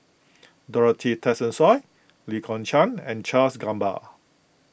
Dorothy Tessensohn Lee Kong Chian and Charles Gamba